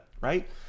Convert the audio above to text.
right